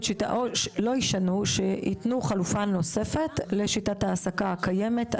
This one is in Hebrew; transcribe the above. אלא יתנו חלופה נוספת לשיטת העסקה קיימת,